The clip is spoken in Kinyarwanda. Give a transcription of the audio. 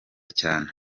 cyane